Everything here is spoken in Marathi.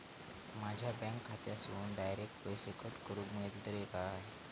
माझ्या बँक खात्यासून डायरेक्ट पैसे कट करूक मेलतले काय?